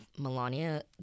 Melania